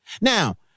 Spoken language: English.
Now